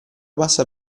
bassa